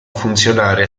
funzionare